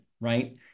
right